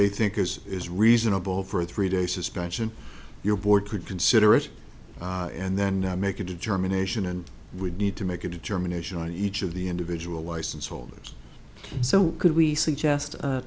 they think is is reasonable for a three day suspension your board could consider it and then make a determination and would need to make a determination on each of the individual license holders so could we suggest a